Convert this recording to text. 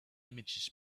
images